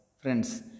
Friends